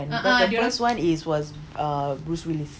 ah the first [one] it was bruce willis